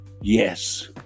yes